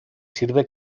sirve